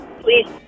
please